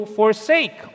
forsake